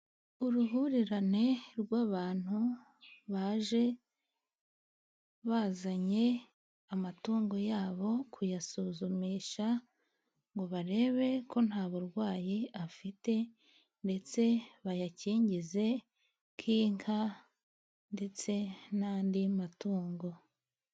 Uruhurirane rw’abantu baje bazanye amatungo yabo kuyasuzumisha, ngo barebe ko nta burwayi afite ndetse bayakingize, nk’inka ndetse n’andi matungo.